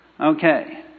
Okay